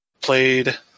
played